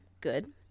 good